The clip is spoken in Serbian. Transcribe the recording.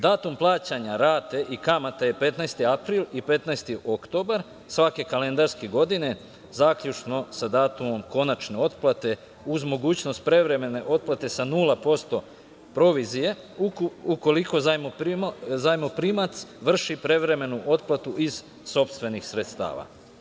Datum plaćanja rate i kamate je 15. april i 15. oktobar svake kalendarske godine, zaključno sa datumom konačne otplate, uz mogućnost prevremene otplate sa 0% provizije ukoliko zajmoprimac vrši prevremenu otplatu iz sopstvenih sredstava.